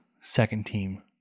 second-team